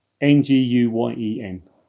N-G-U-Y-E-N